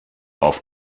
auf